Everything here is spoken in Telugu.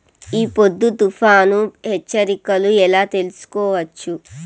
ఈ పొద్దు తుఫాను హెచ్చరికలు ఎలా తెలుసుకోవచ్చు?